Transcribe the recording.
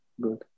Good